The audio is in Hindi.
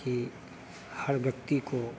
कि हर व्यक्ति को